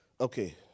Okay